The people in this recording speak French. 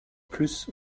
plus